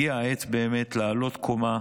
הגיעה העת באמת לעלות קומה,